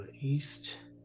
east